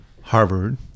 Harvard